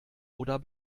oder